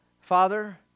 Father